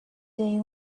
they